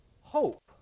hope